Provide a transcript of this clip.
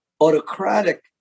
autocratic